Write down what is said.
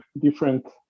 different